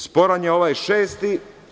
Sporan je ovaj šesti.